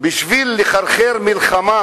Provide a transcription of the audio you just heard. בשביל לחרחר מלחמה,